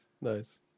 nice